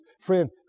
Friend